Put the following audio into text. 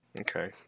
Okay